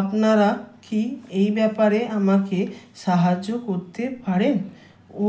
আপনারা কি এই ব্যাপারে আমাকে সাহায্য করতে পারেন ও